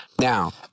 now